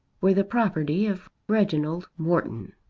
were the property of reginald morton